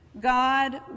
God